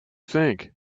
think